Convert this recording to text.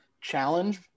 challenge